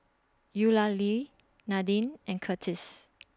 Eulalie Nadine and Curtis